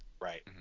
Right